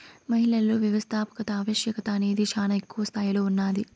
మహిళలలో వ్యవస్థాపకత ఆవశ్యకత అనేది శానా ఎక్కువ స్తాయిలో ఉన్నాది